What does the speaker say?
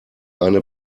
eine